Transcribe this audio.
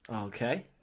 Okay